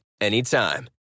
anytime